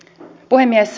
puhemies